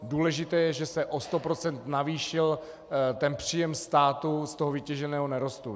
Důležité je, že se o sto procent navýšil příjem státu z toho vytěženého nerostu.